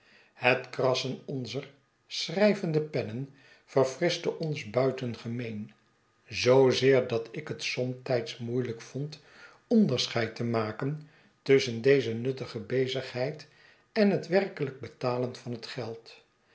het krassen onzer schrijvende pennen verfrischte ons buitengemeen zoozeer dat ik het somtijds moeielijk vond onderscheid te maken tusschen deze nuttige bezigheid en het werkelijk betalen van het geld